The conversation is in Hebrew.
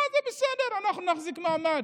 לא, זה בסדר, אנחנו נחזיק מעמד.